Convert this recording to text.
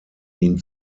ihn